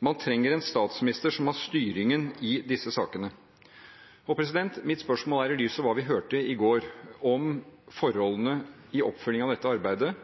Man trenger en statsminister som har styringen i disse sakene.» Mitt spørsmål til statsministeren er, helt konkret, i lys av hva vi hørte i går om forholdene i oppfølgingen av dette arbeidet